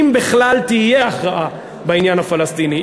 אם בכלל תהיה הכרעה בעניין הפלסטיני,